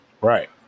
Right